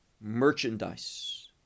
merchandise